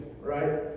right